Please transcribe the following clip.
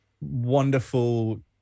wonderful